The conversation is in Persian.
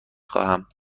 خواهم